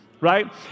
Right